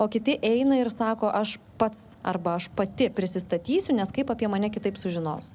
o kiti eina ir sako aš pats arba aš pati prisistatysiu kaip apie mane kitaip sužinos